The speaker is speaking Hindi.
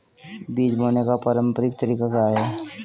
बीज बोने का पारंपरिक तरीका क्या है?